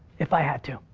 if i had to.